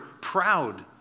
proud